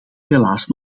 helaas